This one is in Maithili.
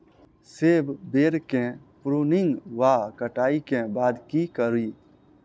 सेब बेर केँ प्रूनिंग वा कटाई केँ बाद की करि?